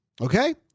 Okay